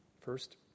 First